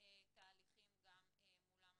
תהליכים גם מולם.